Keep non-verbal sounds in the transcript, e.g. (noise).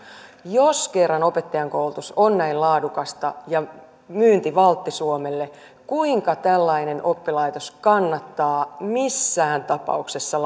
jos kerran opettajankoulutus on näin laadukasta ja myyntivaltti suomelle kuinka tällainen oppilaitos kannattaa missään tapauksessa (unintelligible)